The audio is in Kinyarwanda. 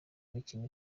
mikino